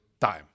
time